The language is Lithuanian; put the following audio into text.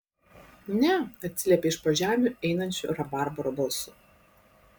ne atsiliepė iš po žemių einančiu rabarbaro balsu